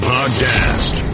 Podcast